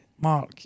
Mark